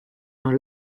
dans